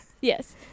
Yes